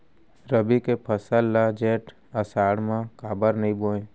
रबि के फसल ल जेठ आषाढ़ म काबर नही बोए?